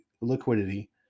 liquidity